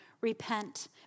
Repent